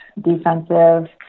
defensive